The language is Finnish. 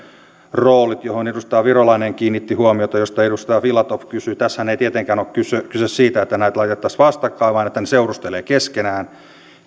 roolit joihin edustaja virolainen kiinnitti huomiota joista edustaja filatov kysyi tässähän ei tietenkään ole kyse kyse siitä että näitä laitettaisiin vastakkain vaan että ne seurustelevat keskenään